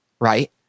right